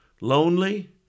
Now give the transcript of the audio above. lonely